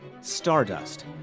stardust